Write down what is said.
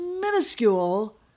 minuscule